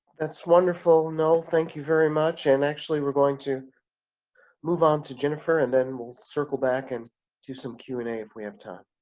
that's wonderful, no thank you very much and actually we're going to move on to jennifer and then we'll circle back and do some q and a if we have time.